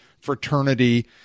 fraternity